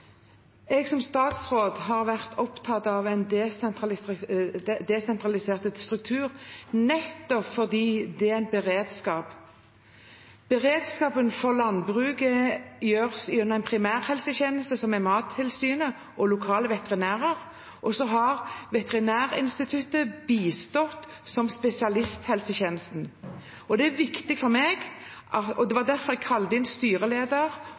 Jeg har som statsråd vært opptatt av en desentralisert struktur nettopp fordi det er en beredskap. Beredskapen for landbruket gjøres gjennom en primærhelsetjeneste, som er Mattilsynet og lokale veterinærer, og så har Veterinærinstituttet bistått som spesialisthelsetjeneste. Det er viktig for meg, og det var derfor jeg kalte inn styreleder